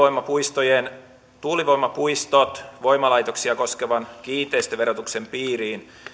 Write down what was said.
tietojeni mukaan tuomassa tuulivoimapuistot voimalaitoksia koskevan kiinteistöverotuksen piiriin